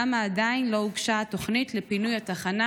למה עדיין לא הוגשה התוכנית לפינוי התחנה?